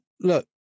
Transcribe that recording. look